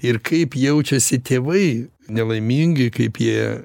ir kaip jaučiasi tėvai nelaimingi kaip jie